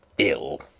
ill!